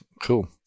Cool